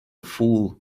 fool